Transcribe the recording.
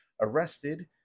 arrested